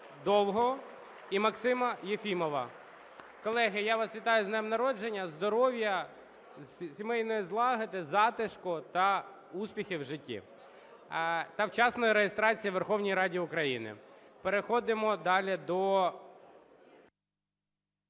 Довгий і Максим Єфімов. Колеги, я вас вітаю з днем народження! Здоров'я, сімейної злагоди, затишку та успіхів у житті! Та вчасної реєстрації у Верховній Раді України. Переходимо далі до…